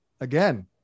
again